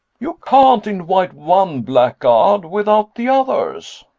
you can't invite one blackguard without the others.